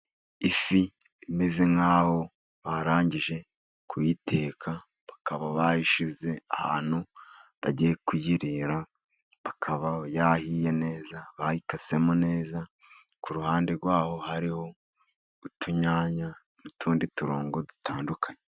Ifi imeze nk'aho barangije kuyiteka, bakaba bayishyize ahantu bagiye kuyirira. Ikaba yahiye neza, bayikasemo neza, ku ruhande rw'aho hariho utunyanya, n'utundi turongo dutandukanye.